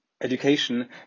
education